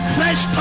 Fresh